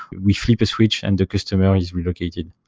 we flip a switch and the customer is relocated.